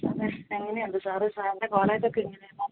സാറിന്റെ എങ്ങനെയുണ്ട് സാറ് സാറിന്റെ കോളേജൊക്കെ എങ്ങനെയണ്ടെന്ന്